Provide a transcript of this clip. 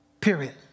Period